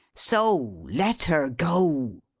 so, let her go!